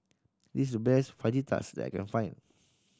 this is the best Fajitas that I can find